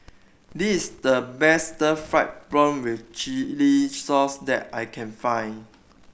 this the best fried prawn with chili sauce that I can find